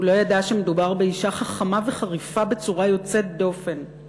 הוא לא ידע שמדובר באישה חכמה וחריפה בצורה יוצאת דופן,